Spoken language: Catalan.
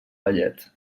ballet